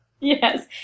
Yes